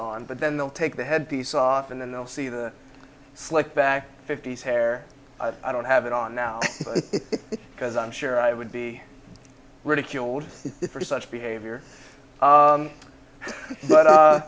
on but then they'll take the head piece off and then they'll see the slicked back fifty's hair i don't have it on now because i'm sure i would be ridiculed for such behavior but